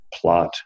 plot